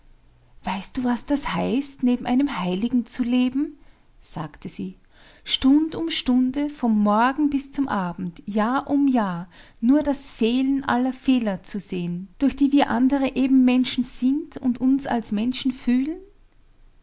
weißt du was das heißt neben einem heiligen zu leben sagte sie stund um stunde vom morgen bis zum abend jahr um jahr nur das fehlen aller fehler zu sehen durch die wir andere eben menschen sind und uns als menschen fühlen